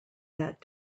that